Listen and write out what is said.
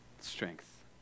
Strength